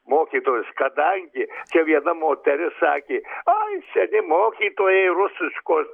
mokytojus kadangi čia viena moteris sakė ai seni mokytojai rusiškos